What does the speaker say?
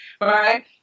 right